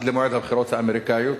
מועד הבחירות האמריקניות.